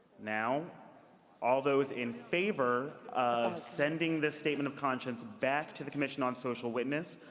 now all those in favor of sending this statement of conscience back to the commission on social witness,